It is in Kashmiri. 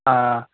آ